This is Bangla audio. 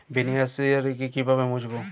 বেনিফিসিয়ারি কিভাবে মুছব?